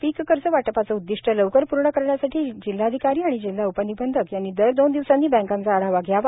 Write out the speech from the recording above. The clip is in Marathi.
पीक कर्ज वाटपाचे उद्दिष्ट लवकर पूर्ण करण्यासाठी जिल्हाधिकारी आणि जिल्हा उपनिबंधक यांनी दर दोन दिवसांनी बँकांचा आ ावा घ्यावा